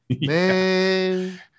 Man